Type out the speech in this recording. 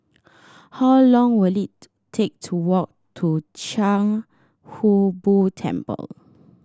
how long will it take to walk to Chia Hung Boo Temple